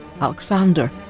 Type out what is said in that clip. Alexander